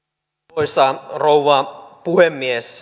arvoisa rouva puhemies